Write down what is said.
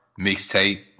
mixtape